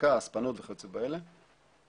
החזקה הספנות וכיוצא באלה.